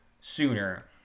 sooner